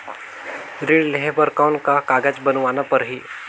ऋण लेहे बर कौन का कागज बनवाना परही?